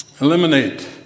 Eliminate